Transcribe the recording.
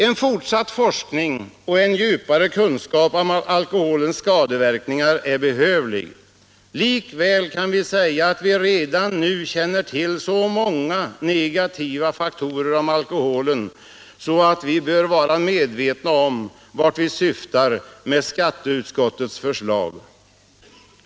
En fortsatt forskning och en djupare kunskap om alkoholens skadeverkningar är behövliga. Likväl kan vi säga att vi redan nu känner till så många negativa faktorer om alkoholen att vi bör vara medvetna om vart vi syftar med skatteutskottets förslag.